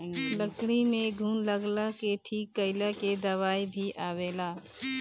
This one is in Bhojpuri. लकड़ी में घुन लगला के ठीक कइला के दवाई भी आवेला